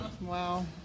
Wow